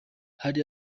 hari